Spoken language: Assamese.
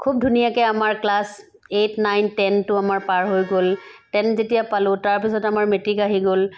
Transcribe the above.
খুব ধুনীয়াকৈ আমাৰ ক্লাছ এইট নাইন টেনটো আমাৰ পাৰ হৈ গ'ল টেন যেতিয়া পালোঁ তাৰপিছত আমাৰ মেট্ৰিক আহি গ'ল